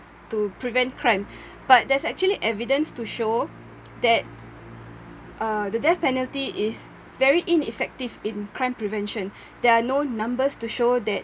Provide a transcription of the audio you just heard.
to prevent crime but there's actually evidence to show that uh the death penalty is very ineffective in crime prevention there are no numbers to show that